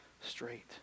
straight